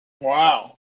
wow